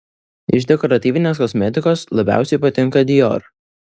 iš dekoratyvinės kosmetikos labiausiai patinka dior